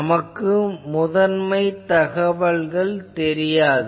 நமக்கு முதன்மைத் தகவல்கள் தெரியாது